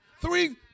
Three